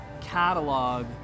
catalog